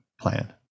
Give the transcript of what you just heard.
plan